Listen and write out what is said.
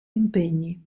impegni